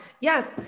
yes